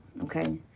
okay